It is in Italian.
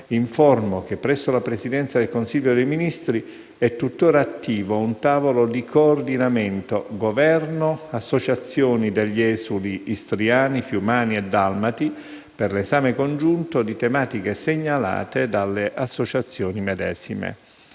informo che presso la Presidenza del Consiglio dei ministri è tuttora attivo un tavolo di coordinamento tra Governo e associazioni degli esuli istriani, fiumani e dalmati per l'esame congiunto di tematiche segnalate dalle associazioni medesime.